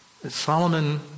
Solomon